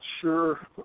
sure